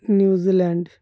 New Zealand